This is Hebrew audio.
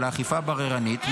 של האכיפה הבררנית,